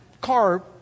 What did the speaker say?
car